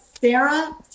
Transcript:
Sarah